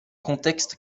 contexte